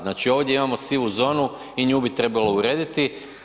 Znači ovdje imamo sivu zonu i nju bi trebalo urediti.